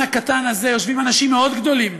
הקטן הזה יושבים אנשים מאוד גדולים,